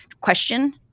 question